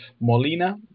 Molina